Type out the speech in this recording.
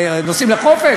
נוסעים לחופש?